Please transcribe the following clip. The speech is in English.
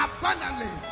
Abundantly